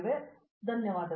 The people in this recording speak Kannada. ಉಷಾ ಮೋಹನ್ ಧನ್ಯವಾದಗಳು